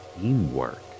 teamwork